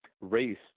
race